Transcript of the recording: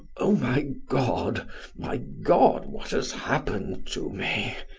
oh, my god my god what has happened to me?